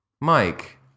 Mike